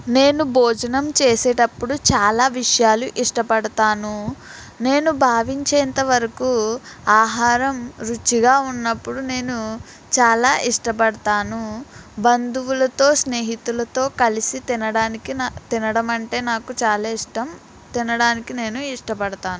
నేను భోజనం చేసేటప్పుడు చాలా విషయాలు ఇష్టపడతాను నేను భావించేంతవరకు ఆహారం రుచిగా ఉన్నప్పుడు నేను చాలా ఇష్టపడతాను బంధువులతో స్నేహితులతో కలిసి తినడానికి నా తినడం అంటే నాకు చాలా ఇష్టం తినడానికి నేను ఇష్టపడతాను